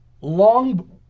long